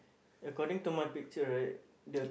according to my picture right the